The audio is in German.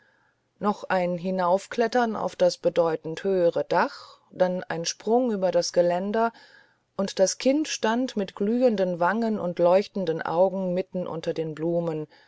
noch ein hinaufklettern auf das bedeutend höhere dach dann ein sprung über das geländer und das kind stand mit glühenden wangen und leuchtenden augen mitten unter den blumen